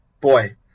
Boy